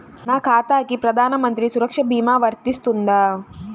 నా ఖాతాకి ప్రధాన మంత్రి సురక్ష భీమా వర్తిస్తుందా?